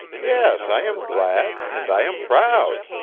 yes, i am glad, and i am proud.